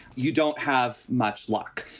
you don't have much luck.